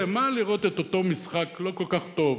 למה לראות את אותו משחק לא כל כך טוב,